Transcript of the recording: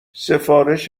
سفارش